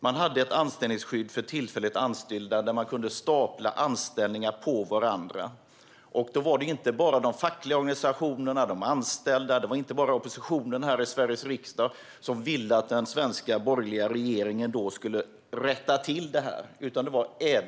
Man hade ett anställningsskydd för tillfälligt anställda där det gick att stapla anställningar på varandra. Det var inte bara de fackliga organisationerna, de anställda och oppositionen här i Sveriges riksdag som ville att den borgerliga regeringen skulle rätta till detta.